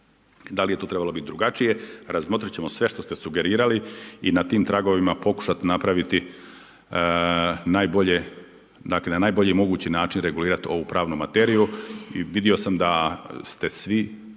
Da li je to trebalo biti drugačije, razmotriti ćemo sve što ste sugerirali i na tim tragovima pokušati napraviti najbolje, dakle na najbolji mogući način regulirati ovu pravnu materiju. I vidio sam da ste svi